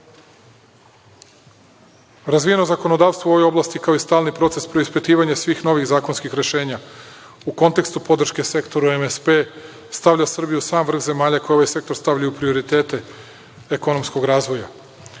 Razvijeno zakonodavstvo u ovoj oblasti, kao i stalni proces preispitivanja svih novih zakonskih rešenja u kontekstu podrške sektoru MSP, stavlja Srbiju u sam vrh zemalja koje ovaj sektor stavljaju u prioritete ekonomskog razvoja.